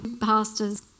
pastors